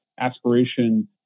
Aspiration